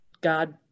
God